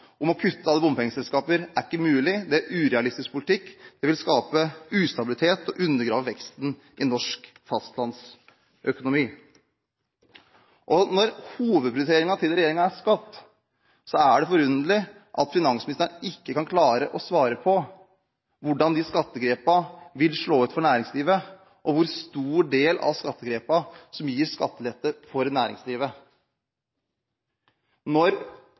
om å kutte alle bompengeselskaper ikke er mulig, det er urealistisk politikk, det vil skape ustabilitet og undergrave veksten i norsk fastlandsøkonomi. Når hovedprioriteringen til regjeringen er skatt, er det forunderlig at finansministeren ikke kan svare på hvordan de skattegrepene vil slå ut for næringslivet, og hvor stor del av skattegrepene som gir skattelette for næringslivet.